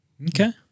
Okay